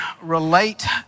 relate